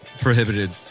prohibited